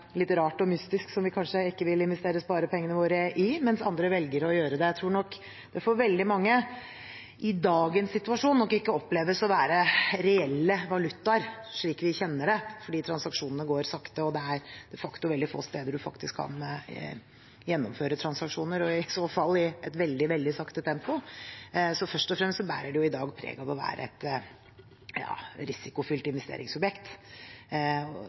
litt rart og mystisk som vi kanskje ikke vil investere sparepengene våre i, mens andre velger å gjøre det. Jeg tror nok at det for veldig mange i dagens situasjon ikke oppleves å være reelle valutaer, slik vi kjenner det, fordi transaksjonene går sakte, og at det de facto er veldig få steder man faktisk kan gjennomføre transaksjoner, og i så fall i et veldig sakte tempo. Først og fremst bærer det i dag preg av å være et risikofylt investeringsobjekt,